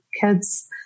kids